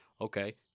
okay